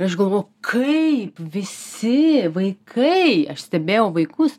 ir aš galvoju kaip visi vaikai aš stebėjau vaikus